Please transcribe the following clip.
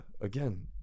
again